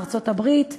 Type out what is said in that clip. ארצות-הברית,